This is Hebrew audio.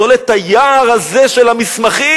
טול את היער הזה של המסמכים.